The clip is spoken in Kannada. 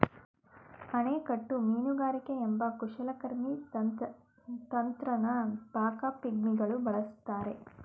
ಅಣೆಕಟ್ಟು ಮೀನುಗಾರಿಕೆ ಎಂಬ ಕುಶಲಕರ್ಮಿ ತಂತ್ರನ ಬಾಕಾ ಪಿಗ್ಮಿಗಳು ಬಳಸ್ತಾರೆ